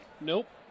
Nope